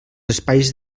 espais